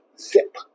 zip